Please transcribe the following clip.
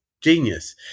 genius